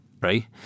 right